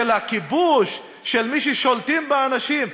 של הכיבוש, של מי ששולטים באנשים.